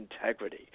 integrity